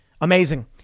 Amazing